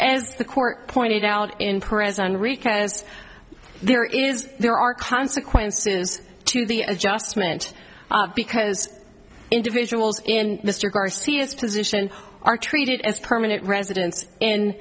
as the court pointed out in prison rica's there is there are consequences to the adjustment because individuals in mr garcia's position are treated as permanent residents in